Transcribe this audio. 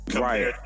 Right